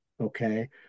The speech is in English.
okay